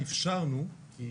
אפשרנו ותמי,